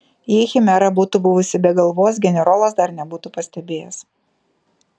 jei chimera būtų buvusi be galvos generolas dar nebūtų pastebėjęs